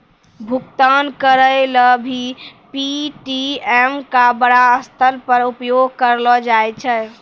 भुगतान करय ल भी पे.टी.एम का बड़ा स्तर पर उपयोग करलो जाय छै